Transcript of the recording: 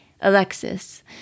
alexis